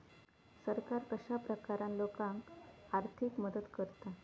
सरकार कश्या प्रकारान लोकांक आर्थिक मदत करता?